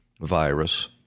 virus